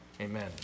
Amen